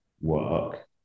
work